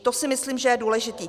To si myslím, že je důležité.